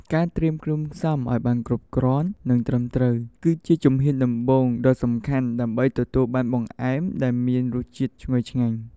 ការត្រៀមគ្រឿងផ្សំឱ្យបានគ្រប់គ្រាន់ និងត្រឹមត្រូវ គឺជាជំហានដំបូងដ៏សំខាន់ដើម្បីទទួលបានបង្អែមដែលមានរសជាតិឈ្ងុយឆ្ងាញ់។